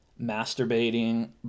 masturbating